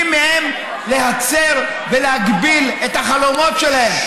מהם להצר ולהגביל את החלומות שלהם.